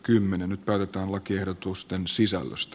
nyt päätetään lakiehdotusten sisällöstä